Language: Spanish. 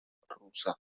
rusa